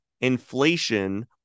inflation